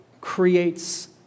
creates